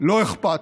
לא אכפת.